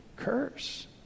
curse